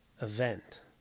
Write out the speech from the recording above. event